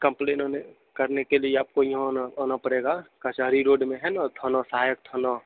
complain आने करने के लिए आपको यहाँ आना आना पड़ेगा कचहरी रोड में है न थाना सहायक थाना